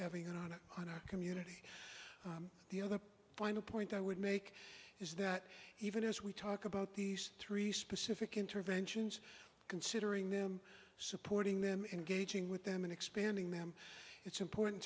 having on it on our community the other final point i would make is that even as we talk about these three specific interventions considering them supporting them engaging with them and expanding them it's important